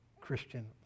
Christian